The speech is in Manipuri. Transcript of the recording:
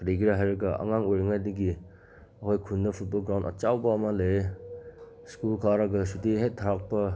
ꯀꯔꯤꯒꯤꯔꯥ ꯍꯥꯏꯔꯒ ꯑꯉꯥꯡ ꯑꯣꯏꯔꯤꯉꯩꯗꯒꯤ ꯑꯩꯈꯣꯏ ꯈꯨꯟꯗ ꯐꯨꯠꯕꯣꯜ ꯒ꯭ꯔꯥꯎꯟ ꯑꯆꯧꯕ ꯑꯃ ꯂꯩꯌꯦ ꯁ꯭ꯀꯨꯜ ꯀꯥꯔꯒ ꯁꯨꯇꯤ ꯍꯦꯛ ꯊꯥꯔꯛꯄ